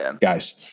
guys